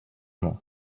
nom